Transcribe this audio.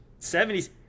70s